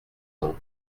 ans